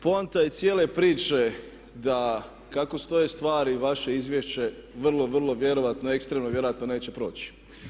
Poanta je cijele priče da kako stoje stvari u vaše izvješće vrlo, vrlo vjerojatno ekstremno i vjerojatno neće proći.